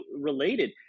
related